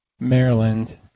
Maryland